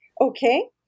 Okay